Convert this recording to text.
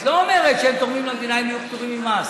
את לא אומרת שאם הם תורמים למדינה הם יהיו פטורים ממס,